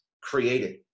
created